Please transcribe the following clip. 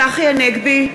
(קוראת בשמות חברי הכנסת) צחי הנגבי,